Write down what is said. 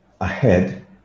ahead